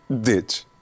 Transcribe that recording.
Ditch